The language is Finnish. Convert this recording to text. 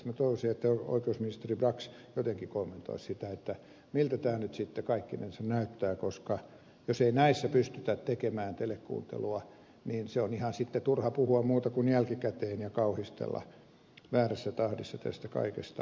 minä toivoisin että oikeusministeri brax jotenkin kommentoisi sitä miltä tämä nyt sitten kaikkinensa näyttää koska jos ei näissä pystytä tekemään telekuuntelua on sitten ihan turha puhua muuten kuin jälkikäteen ja kauhistella väärässä tahdissa tästä kaikesta